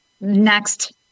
next